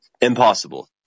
Impossible